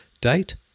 Date